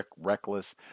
reckless